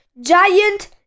giant